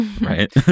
Right